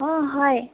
অঁ হয়